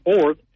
fourth